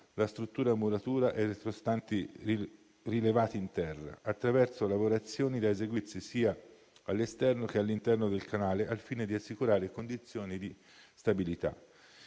la struttura in muratura e i retrostanti rilevati in terra, attraverso lavorazioni da eseguirsi sia all'esterno sia all'interno del canale, al fine di assicurare condizioni di stabilità.